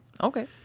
Okay